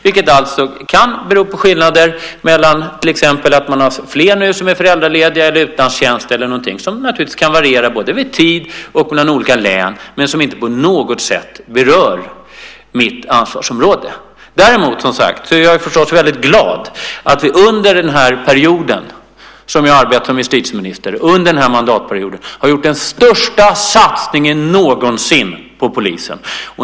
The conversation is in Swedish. Det kan bero på skillnader mellan att man till exempel nu har fler som är föräldralediga, utan tjänst eller någonting annat. Det kan naturligtvis variera både vid tid och mellan olika län, men det berör inte på något sätt mitt ansvarsområde. Däremot är jag väldigt glad att vi under den mandatperioden som jag arbetat som justitieminister har gjort den största satsningen någonsin på polisen.